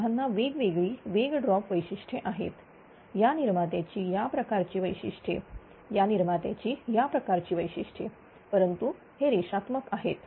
दोघांना वेगवेगळी वेग ड्रॉप वैशिष्ट्ये आहेत या निर्मात्याची या प्रकारची वैशिष्ट्ये या निर्मात्याची याप्रकारची वैशिष्ट्ये परंतु हे रेषात्मक आहेत